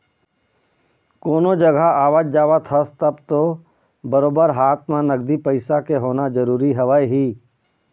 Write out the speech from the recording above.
कोनो जघा आवत जावत हस तब तो बरोबर हाथ म नगदी पइसा के होना जरुरी हवय ही